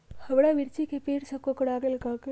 हमारा मिर्ची के पेड़ सब कोकरा गेल का करी?